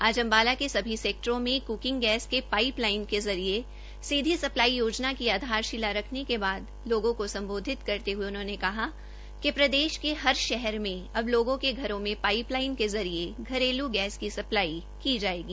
आज अंबाला के सभी सैक्टरों में कुकिंग गैस के पाइप लाइन के जरिए सीधी सप्लाई योजना की आधारशिला रखने के बाद लोगों को संबोधित करते हुए उन्होंने कहा की प्रदेश के हर शहर में अब लोगों के घरों में पाइप लाइन के जरिए घरेलू गेस की सप्लाई की जाएगी